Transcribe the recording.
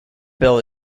bill